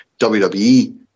wwe